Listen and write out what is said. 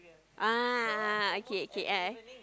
ah okay okay ah